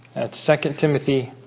second timothy